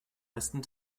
westen